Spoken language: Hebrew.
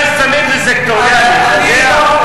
גמילה מסמים זה סקטוריאלי, אתה יודע?